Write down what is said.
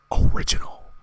original